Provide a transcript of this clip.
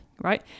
right